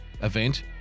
event